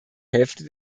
hälfte